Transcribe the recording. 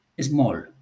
small